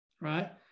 right